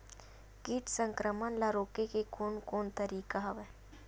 कीट संक्रमण ल रोके के कोन कोन तरीका हवय?